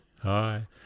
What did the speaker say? Hi